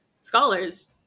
scholars